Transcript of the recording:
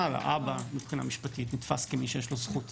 והאב מבחינה משפטית נתפס כמי שיש לו זכות